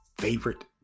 favorite